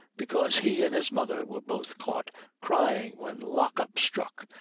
because he and his mother were both caught crying when lock-up struck,